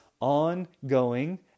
ongoing